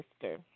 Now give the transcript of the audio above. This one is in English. sister